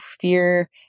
fear